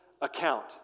account